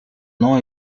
nom